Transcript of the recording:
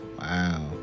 Wow